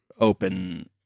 open